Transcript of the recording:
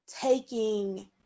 taking